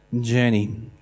journey